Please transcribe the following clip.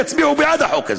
יצביעו בעד החוק הזה.